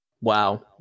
Wow